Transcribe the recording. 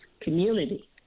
community